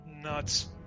nuts